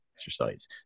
exercise